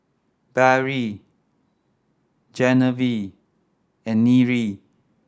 Barrie Genevieve and Nyree